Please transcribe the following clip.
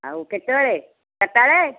ଆଉ କେତେବେଳେ ଚାରିଟା ବେଳେ